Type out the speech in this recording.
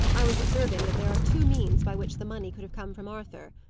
i was observing that there are two means by which the money could have come from arthur,